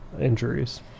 injuries